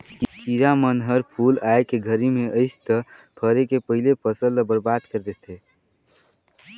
किरा मन हर फूल आए के घरी मे अइस त फरे के पहिले फसल ल बरबाद कर देथे